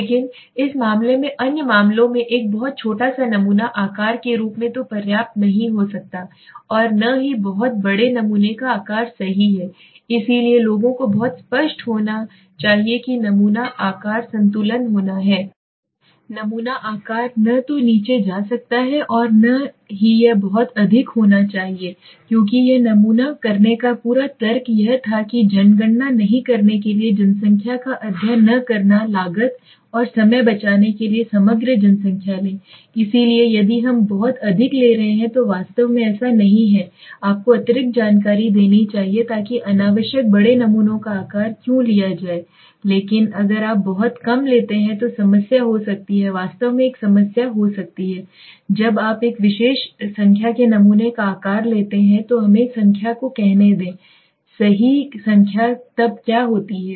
लेकिन एक मामले में अन्य मामलों में एक बहुत छोटा सा नमूना आकार के रूप में तो पर्याप्त नहीं हो सकता है और न ही बहुत बड़े नमूने का आकार सही है इसलिए लोगों को बहुत स्पष्ट होना चाहिए कि नमूना आकार संतुलन होना है नमूना आकार न तो नीचे जा सकता है और न ही यह बहुत अधिक होना चाहिए क्योंकि एक नमूना करने का पूरा तर्क यह था कि जनगणना नहीं करने के लिए जनसंख्या का अध्ययन न करना लागत और समय बचाने के लिए समग्र जनसंख्या लें इसलिए यदि हम बहुत अधिक ले रहे हैं तो वास्तव में ऐसा नहीं है आपको अतिरिक्त जानकारी देनी चाहिए ताकि अनावश्यक बड़े नमूनों का आकार क्यों लिया जाए लेकिन अगर आप बहुत कम लेते हैं तो समस्या हो सकती है वास्तव में एक समस्या हो सकती है जब आप एक विशेष संख्या के नमूने का आकार लेते हैं तो हमें संख्या को कहने दें सही संख्या तब क्या होता है